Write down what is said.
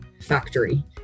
factory